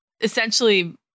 essentially